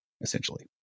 essentially